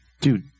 Dude